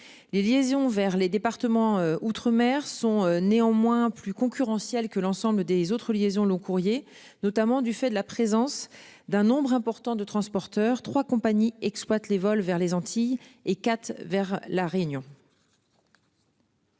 Les liaisons vers les départements outre-mer sont néanmoins plus concurrentiel que l'ensemble des autres liaisons long- courrier, notamment du fait de la présence d'un nombre important de transporteurs 3 compagnies exploitent les vols vers les Antilles et quatre vers la Réunion.--